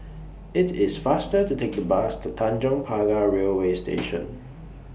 IT IS faster to Take The Bus to Tanjong Pagar Railway Station